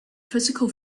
physical